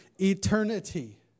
eternity